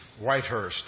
Whitehurst